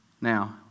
Now